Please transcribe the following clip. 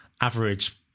average